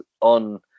on